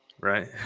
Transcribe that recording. right